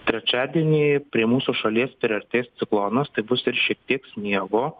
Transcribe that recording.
trečiadienį prie mūsų šalies priartės ciklonas tai bus ir šiek tiek sniego